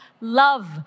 Love